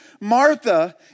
Martha